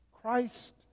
Christ